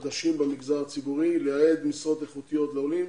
חדשים במגזר הציבורי, לייעד משרות איכותיות לעולים